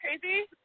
Crazy